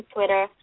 Twitter